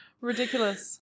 ridiculous